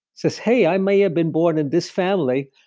says, hey, i may have been born in this family,